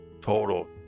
Total